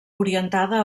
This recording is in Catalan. orientada